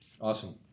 Awesome